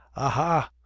aha,